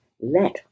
let